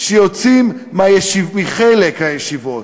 שיוצאים מחלק מהישיבות,